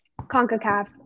CONCACAF